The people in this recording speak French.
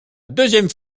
deuxième